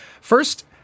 First